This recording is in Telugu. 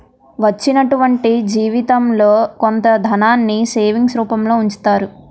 వచ్చినటువంటి జీవితంలో కొంత ధనాన్ని సేవింగ్స్ రూపంలో ఉంచుతారు